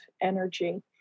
energy